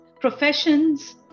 professions